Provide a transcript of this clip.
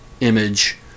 image